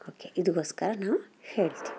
okay ಇದುಕ್ಕೋಸ್ಕರ ನಾವು ಹೇಳ್ತಿನಿ